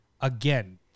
again